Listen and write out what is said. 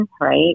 right